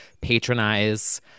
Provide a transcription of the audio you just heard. patronize